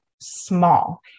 small